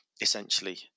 Essentially